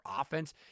offense